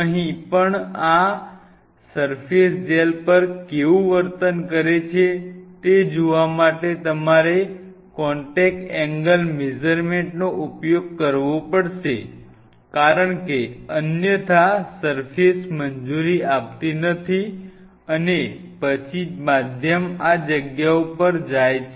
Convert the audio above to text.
અહીં પણ આ સર્ફેસ જેલ પર કેવું વર્તન કરે છે તે જોવા માટે તમારે કોન્ટેક્ટ એંગલ મેઝર્મેન્ટ નો ઉપયોગ કરવો પડશે કારણ કે અન્યથા સર્ફેસ મંજૂરી આપતી નથી અને પછી માધ્યમ આ જગ્યાઓ પર જાય છે